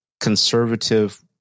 conservative